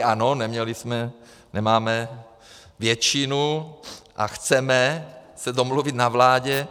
Ano, neměli jsme, nemáme většinu a chceme se domluvit na vládě.